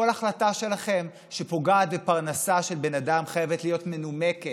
כל החלטה שלכם שפוגעת בפרנסה של בן אדם חייבת להיות מנומקת,